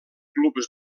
clubs